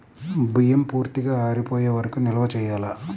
బియ్యం పూర్తిగా ఆరిపోయే వరకు నిల్వ చేయాలా?